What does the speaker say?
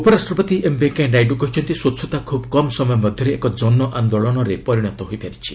VP ଉପରାଷ୍ଟ୍ରପତି M Venkaiah Naidu କହିଛନ୍ତି ସ୍ୱଚ୍ଚତା ଖୁବ୍ କମ୍ ସମୟ ମଧ୍ୟରେ ଏକ ଜନ ଆନ୍ଦୋଳନରେ ପରିଣତ ହୋଇପାରିଛି